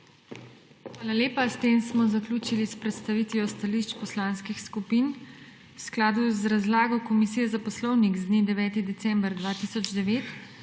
Hvala lepa. S tem smo zaključili s predstavitvijo stališč poslanskih skupin. V skladu z razlago Komisije za poslovnik z dne 9. december 2009